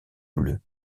bleues